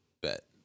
Bet